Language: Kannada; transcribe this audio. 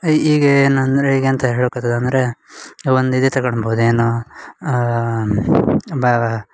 ಈ ಈಗ ಏನಂದರೆ ಈಗ ಎಂತ ಹೇಳುಕ್ಕೆ ಹೋತದ್ದು ಅಂದರೆ ಒಂದು ಇದೆ ತಕೊಂಡ್ಬೌದು ಏನು ಬಾ